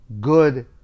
Good